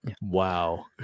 Wow